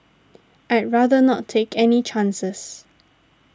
I'd rather not take any chances